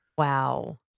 Wow